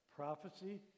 Prophecy